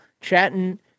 chatting